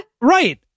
Right